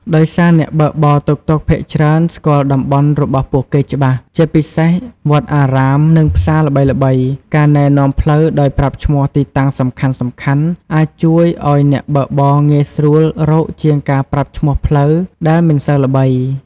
ដោយសារអ្នកបើកបរតុកតុកភាគច្រើនស្គាល់តំបន់របស់ពួកគេច្បាស់ ជាពិសេសវត្តអារាម និងផ្សារល្បីៗ ការណែនាំផ្លូវដោយប្រាប់ឈ្មោះទីតាំងសំខាន់ៗ អាចជួយឱ្យអ្នកបើកបរងាយស្រួលរកជាងការប្រាប់ឈ្មោះផ្លូវដែលមិនសូវល្បី។